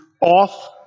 off